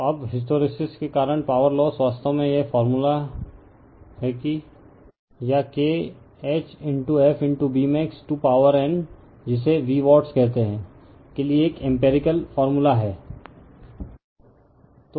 refer slide time 3007 तो अब hysteresis के कारण पॉवर लोस वास्तव में यह फार्मूला की या K h fBmax to power n जिसे Vwatts कहते हैं के लिए एक एमरिकल फार्मूला emπrical formula है